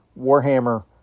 Warhammer